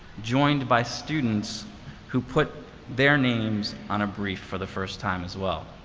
joined by students who put their names on a brief for the first time as well.